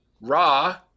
raw